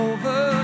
Over